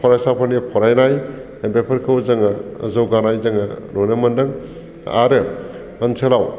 फरायसाफोरनि फरायनाय बेफोरखौ जोङो जौगानाय जोङो नुनो मोन्दों आरो ओनसोलाव